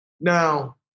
Now